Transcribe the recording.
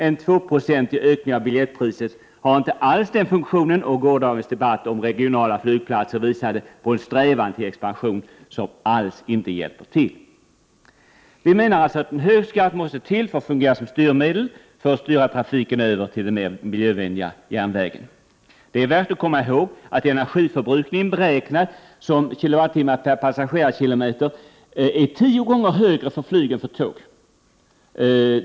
En 2-procentig höjning av biljettpriset har inte alls den funktionen, och gårdagens debatt om regionala flygplatser visade på en strävan till expansion som alls inte hjälper till. Vi menar alltså att en hög skatt måste till för att fungera som styrmedel, för att styra trafiken över till den mer miljövänliga järnvägen. Det är värt att komma ihåg att energiförbrukningen beräknad som kilowattimme per passagerarkilometer är tio gånger högre för flyg än för tåg.